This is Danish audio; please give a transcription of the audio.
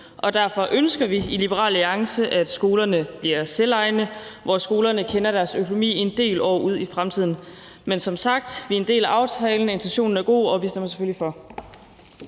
Derfor ønsker vi i Liberal Alliance, at skolerne bliver selvejende, så skolerne kender deres økonomi en del år ud i fremtiden. Men som sagt er vi en del af aftalen, intentionen er god, og vi stemmer selvfølgelig for.